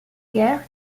guerres